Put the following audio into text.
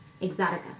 Exotica